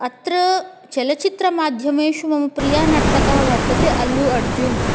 अत्र चलचित्रमाध्यमेषु मम प्रियः नर्तकः वर्तते अल्लूअर्जुनः